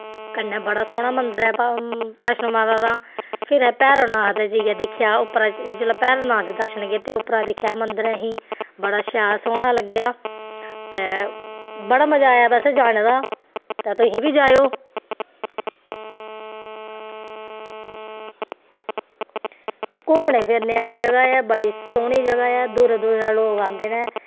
कन्नै बड़ा सोह्ना मन्दर ऐ बैष्णो माता दा फिर असें भैरो नाथ दे जाइयै दिक्खेआ जेल्लै भैरो नाथ दे दर्शन कीते उप्परा दिक्खेआ मन्दर असीं बड़ा शैल सोहना लग्गेआ ते बड़ा मजा आया बैसे जाने दा ते तुसीं बी जाएओ घूमने फिरने आह्ली जगह् ऐ बड़ी सोह्नी जगह् ऐ दूरा दूरा दा लोग आंदे न